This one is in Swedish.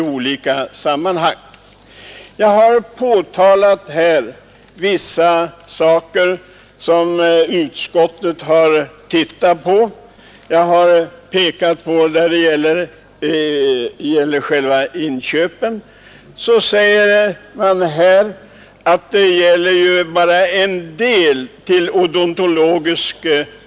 Men när jag då har påtalat vissa av de inköp som utrustningsnämnden för universitet och högskolor har gjort, säger utskottet att det gäller ju bara inköp av en del dentalmateriel.